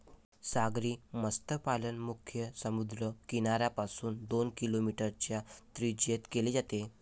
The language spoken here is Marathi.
सागरी मत्स्यपालन मुख्यतः समुद्र किनाऱ्यापासून दोन किलोमीटरच्या त्रिज्येत केले जाते